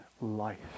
life